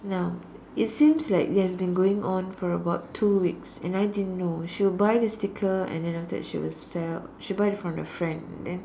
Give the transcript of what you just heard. now it seems like it has been going on for about two weeks and I didn't know she'll buy the sticker and then after that she will sell she'll buy it from her friend then